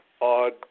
odd